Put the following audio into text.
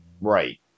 Right